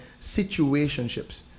situationships